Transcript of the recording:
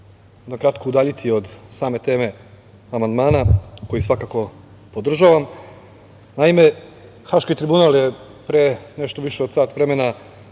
na kratko udaljiti od same teme amandmana, koji svakako podržavam. Naime, Haški tribunal je pre nešto više od sat vremena